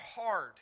hard